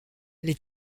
les